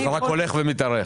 זה הולך ומתארך.